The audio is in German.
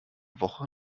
woche